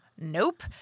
Nope